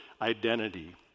identity